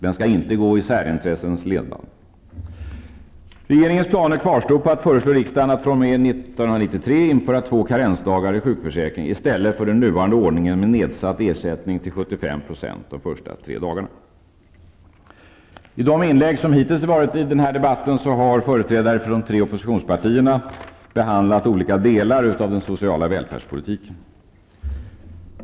Den skall inte gå i särintressens ledband. Regeringens planer kvarstår på att föreslå riksdagen att fr.o.m. 1993 införa två karensdagar i sjukförsäkringen i stället för den nuvarande ordningen med nedsatt ersättning till 75 % de första tre dagarna. I de inlägg som hittills förekommit i debatten har företrädare för de tre oppositionspartierna behandlat olika delar av den sociala välfärdspolitiken.